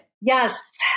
Yes